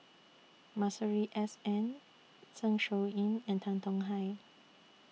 Masuri S N Zeng Shouyin and Tan Tong Hye